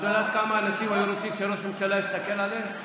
את יודעת כמה אנשים היו רוצים שראש הממשלה יסתכל עליהם.